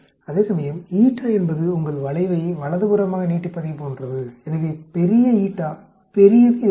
அதேசமயம் என்பது உங்கள் வளைவை வலதுபுறமாக நீட்டிப்பதைப் போன்றது எனவே பெரிய பெரியது இதன் தோல்வி